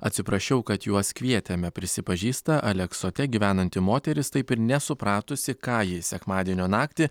atsiprašiau kad juos kvietėme prisipažįsta aleksote gyvenanti moteris taip ir nesupratusi ką ji sekmadienio naktį